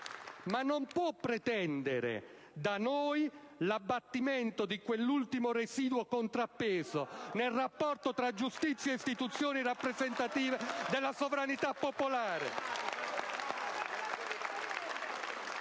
ma non può pretendere da noi l'abbattimento di quell'ultimo residuo contrappeso nel rapporto tra giustizia e istituzioni rappresentative della sovranità popolare.